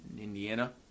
Indiana